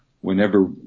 whenever